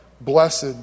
blessed